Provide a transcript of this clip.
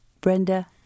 Brenda